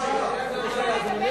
לא היה.